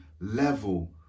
level